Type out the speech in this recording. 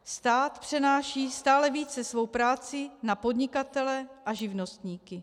Stát přenáší stále více svou práci na podnikatele a živnostníky.